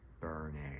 burning